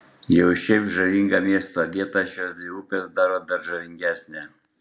jau šiaip žavingą miesto vietą šios dvi upės daro dar žavingesnę